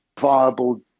viable